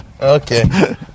Okay